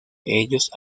ellos